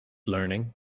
learning